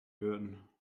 würden